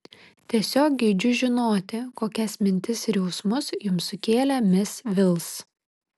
tiesiog geidžiu žinoti kokias mintis ir jausmus jums sukėlė mis vils